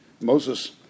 Moses